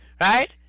Right